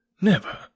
Never